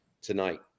tonight